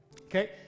Okay